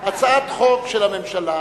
הצעת חוק של הממשלה